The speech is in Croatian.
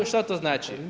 Što to znači?